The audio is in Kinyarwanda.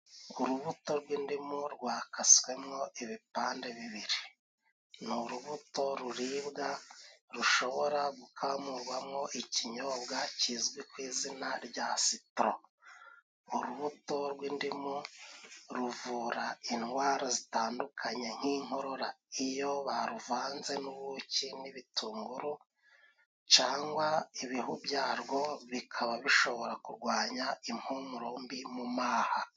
Urubuto rw'indimu rwakaswemo ibipande bibiri. Ni urubuto ruribwa rushobora gukamurwamo ikinyobwa kizwi ku izina rya sitoro. Urubuto rw'indimu ruvura indwara zitandukanye nk'inkorora iyo baruvanze n'ubuki n'ibitunguru, cangwa ibihu byarwo bikaba bishobora kurwanya impumuro mbi mu maha.